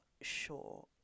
sure